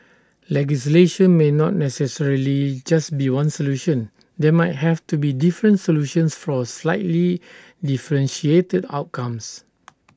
legislation may not necessarily just be one solution there might have to be different solutions for slightly differentiated outcomes